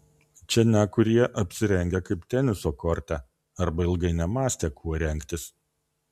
čia nekurie apsirengę kaip teniso korte arba ilgai nemąstė kuo rengtis